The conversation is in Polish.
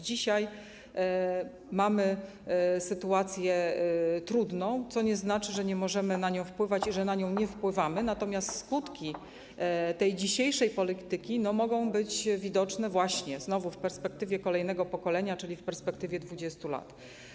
Dzisiaj mamy sytuację trudną, co nie znaczy, że nie możemy na nią wpływać i że na nią nie wpływamy, natomiast skutki dzisiejszej polityki mogą być widoczne znowu w perspektywie kolejnego pokolenia, czyli w perspektywie 20 lat.